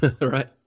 right